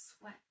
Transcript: sweat